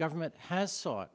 government has sought